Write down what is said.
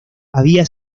había